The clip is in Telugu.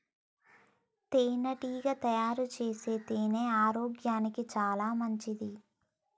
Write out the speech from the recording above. తేనెటీగ తయారుచేసే తేనె ఆరోగ్యానికి చాలా మంచిది